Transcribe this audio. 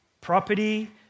property